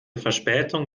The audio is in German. verspätung